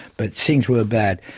but things were bad.